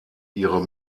ihre